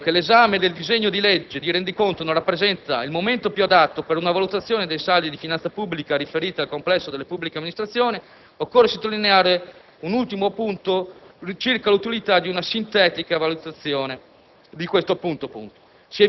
Pur riconoscendo che l'esame del disegno di legge di rendiconto non rappresenta il momento più adatto per una valutazione dei saldi di finanza pubblica riferiti al complesso delle pubbliche amministrazioni, occorre sottolineare l'utilità di una sintetica valutazione